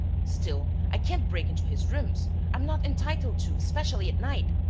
still, i can't break into his rooms. i'm not entitled to, especially at night.